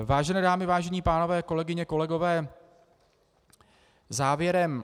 Vážené dámy a vážení pánové, kolegyně, kolegové, závěrem.